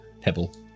pebble